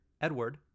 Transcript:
Edward